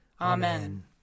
Amen